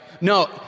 No